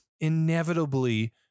inevitably